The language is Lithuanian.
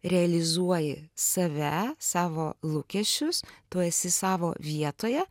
realizuoji save savo lūkesčius tu esi savo vietoje